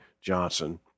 Johnson